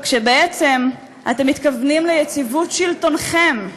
כשבעצם אתם מתכוונים ליציבות שלטונכם,